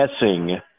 guessing